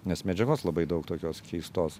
nes medžiagos labai daug tokios keistos